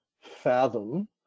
Fathom